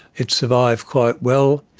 it survived quite well.